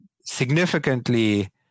significantly